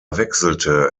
wechselte